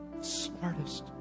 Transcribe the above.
smartest